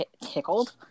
tickled